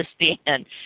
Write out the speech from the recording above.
understand